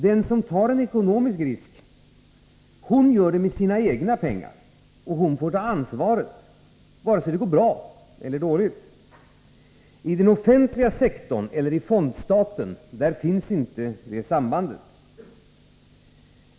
Den som tar en ekonomisk risk gör det med sina egna pengar och får ta ansvaret, oavsett om det går bra eller dåligt. Inom den offentliga sektorn eller i fondstaten finns inte detta samband.